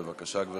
בבקשה, גברתי.